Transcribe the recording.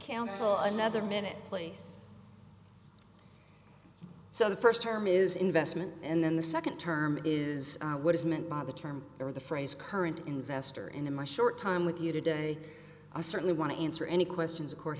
give another minute place so the first term is investment and then the second term is what is meant by the term or the phrase current investor in my short time with you today i certainly want to answer any questions a court